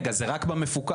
זה רק במפוקח.